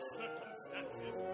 circumstances